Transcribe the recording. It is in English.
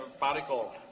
particle